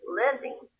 living